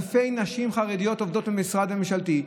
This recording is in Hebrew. אלפי נשים חרדיות עובדות במשרד ממשלתי,